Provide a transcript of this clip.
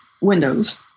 windows